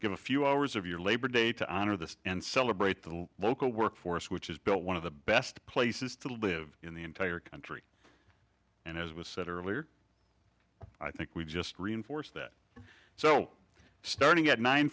give a few hours of your labor day to honor this and celebrate the local workforce which is built one of the best places to live in the entire country and as was said earlier i think we've just reinforced that so starting at nine